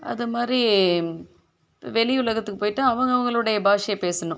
அதுமாதிரி வெளி உலகத்துக்கு போயிட்டால் அவங்க அவங்களுடைய பாஷையை பேசணும்